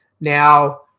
Now